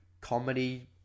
comedy